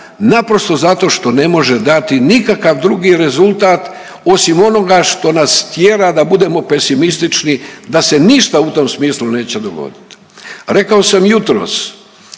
naprosto zato što ne može dati nikakav drugi rezultat osim onoga što nas tjera da budemo pesimistični da se ništa u tom smislu neće dogoditi. Rekao sam jutros